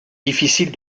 difficile